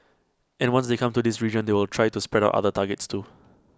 and once they come to this region they will try to spread out other targets too